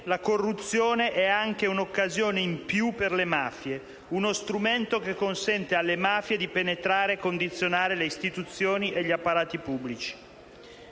la corruzione è anche un'occasione in più per le mafie, uno strumento che consente alle mafie di penetrare e condizionare le istituzioni e gli apparati pubblici.